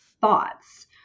thoughts